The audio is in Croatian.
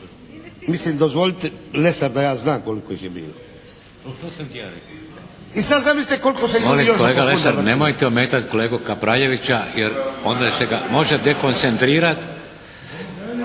mislim dozvolite Lesar da ja znam koliko ih je bilo. I sad zamislite koliko se ljudi još oko … **Šeks, Vladimir (HDZ)** Molim kolega Lesar nemojte ometati kolegu Kapraljevića jer onda ga možete dekoncentrirati.